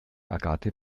agathe